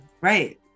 right